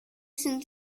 sind